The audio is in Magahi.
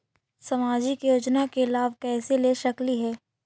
सामाजिक योजना के लाभ कैसे ले सकली हे?